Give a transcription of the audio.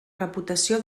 reputació